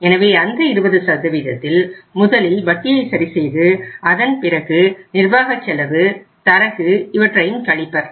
எனவே அந்த 20 சதவீதத்தில் முதலில் வட்டியை சரி செய்து அதன் பிறகு நிர்வாக செலவு தரகு இவற்றையும் கழிப்பர்